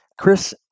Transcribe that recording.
Chris